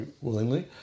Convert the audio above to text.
willingly